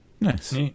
Nice